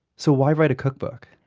so why write a cookbook?